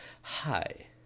Hi